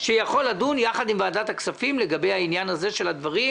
שיכול לדון יחד עם ועדת הכספים לגבי העניין הזה של הדברים